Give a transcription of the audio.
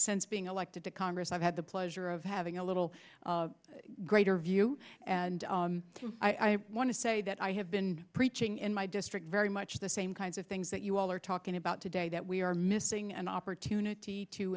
since being elected to congress i've had the pleasure of having a little greater view and i want to say that i have been preaching in my district very much the same kinds of things that you all are talking about today that we are missing an opportunity to